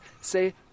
say